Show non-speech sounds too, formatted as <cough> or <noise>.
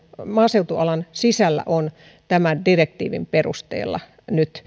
maaseutualan sisällä ovat tämän direktiivin perusteella nyt <unintelligible>